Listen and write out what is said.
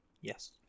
Yes